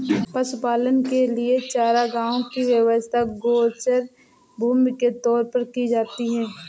पशुपालन के लिए चारागाहों की व्यवस्था गोचर भूमि के तौर पर की जाती है